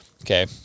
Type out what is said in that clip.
Okay